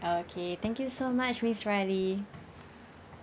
okay thank you so much miss riley